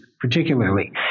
particularly